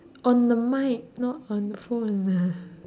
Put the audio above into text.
on the mic not on the phone